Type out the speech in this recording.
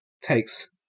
takes